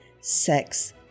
sex